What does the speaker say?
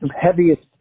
heaviest